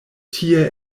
tie